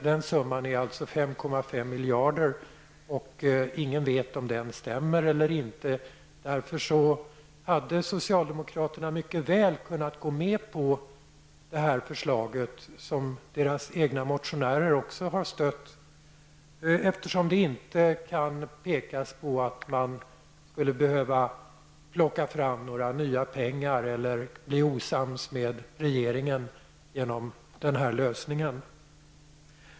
Det anslaget är 5,5 miljarder, och ingen vet om det beloppet stämmer. Därför hade socialdemokraterna i riksdagen mycket väl kunnat gå med på detta förslag, eftersom det inte kan pekas på att man skulle behöva plocka fram några nya pengar eller bli osams med regeringen och med denna lösning.